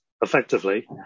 effectively